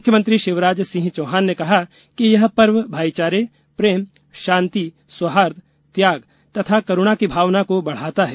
मुख्यमंत्री शिवराज सिंह चौहान ने कहा कि यह पर्व भाईचारे प्रेम शांति सौहार्द्र त्याग तथा करूणा की भावना को बढ़ाता है